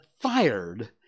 fired